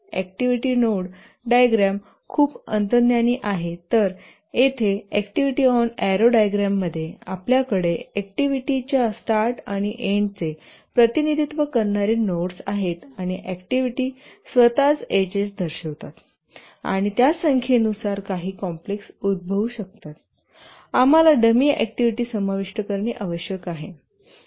activity node diagram खूप अंतर्ज्ञानी आहे तर येथे अॅक्टिव्हिटी ऑन एरो डायग्राममध्ये आपल्याकडे अॅक्टिव्हिटीच्या स्टार्ट आणि एन्डचे प्रतिनिधित्व करणारे नोड्स आहेत आणि ऍक्टिव्हिटी स्वतःच एजेस दर्शवितात आणि त्या संख्येनुसार काही कॉम्प्लेक्स उद्भवू शकतात आणि आम्हाला डमी ऍक्टिव्हिटी समाविष्ट करणे आवश्यक आहे